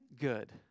good